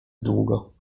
długo